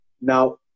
Now